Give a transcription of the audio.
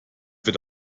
wird